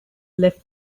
left